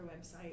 website